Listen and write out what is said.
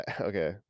okay